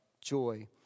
joy